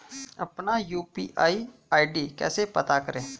अपना UPI ID कैसे पता करें?